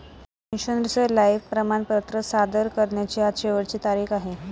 पेन्शनरचे लाइफ प्रमाणपत्र सादर करण्याची आज शेवटची तारीख आहे